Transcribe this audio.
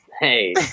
Hey